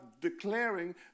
declaring